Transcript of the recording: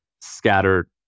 scattered